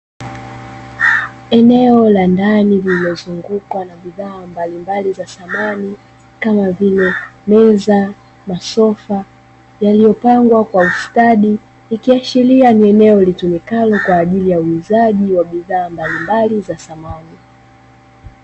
Eneo la ndani lililozungukwa na bidhaa mbalimbali za samani, kama vile meza, masofa, yaliyopangwa kwa ustadi, ikiashiria ni eneo litumikalo kwa ajili ya uuzaji wa bidhaa mbalimbali za samani.